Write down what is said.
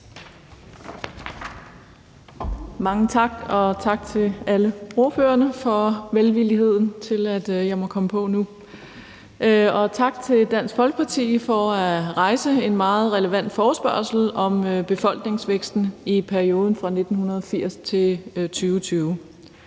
Mange tak, og tak til alle ordførerne for velviljen over for, at jeg må komme på nu. Tak til Dansk Folkeparti for at rejse en meget relevant forespørgsel om befolkningstilvæksten i perioden fra 1980 til 2020.